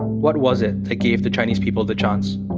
what was it that gave the chinese people the chance?